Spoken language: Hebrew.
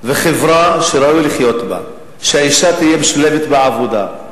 חברה שראוי לחיות בה, שהאשה תהיה משולבת בעבודה,